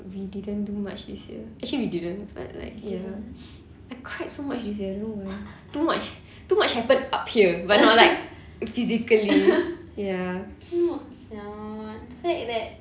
we didn't do much this year actually we didn't but like ya I cried so much this year I don't know why too much too much happen up here but not like physically ya